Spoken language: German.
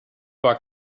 war